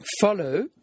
follow